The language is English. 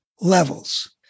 levels